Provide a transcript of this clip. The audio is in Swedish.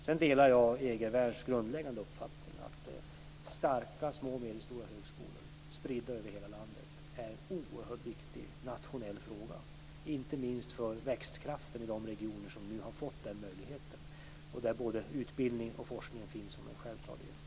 Sedan delar jag Egervärns grundläggande uppfattning att starka små och medelstora högskolor spridda över hela landet är en oerhört viktig nationell fråga, inte minst för växtkraften i de regioner som nu har fått den möjligheten och där både utbildning och forskning finns som en självklar del.